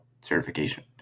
certification